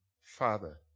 Father